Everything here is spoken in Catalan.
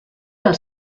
del